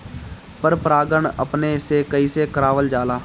पर परागण अपने से कइसे करावल जाला?